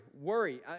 Worry